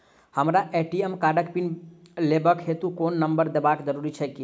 हमरा ए.टी.एम कार्डक पिन लेबाक हेतु फोन नम्बर देबाक जरूरी छै की?